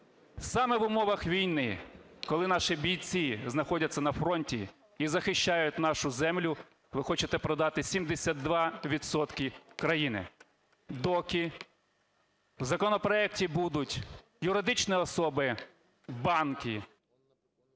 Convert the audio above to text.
саме в умовах війни, коли наші бійці знаходяться на фронті і захищають нашу землю, ви хочете продати 72 відсотки країни. Доки в законопроекті будуть юридичні особи, банки.